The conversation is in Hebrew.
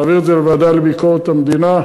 להעביר את זה לוועדה לביקורת המדינה.